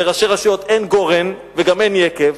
לראש רשות אין גורן וגם אין יקב,